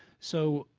so